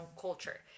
culture